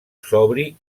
sobri